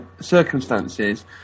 circumstances